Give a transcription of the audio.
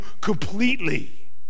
completely